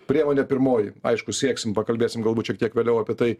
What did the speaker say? priemonė pirmoji aišku sieksim pakalbėsim galbūt šiek tiek vėliau apie tai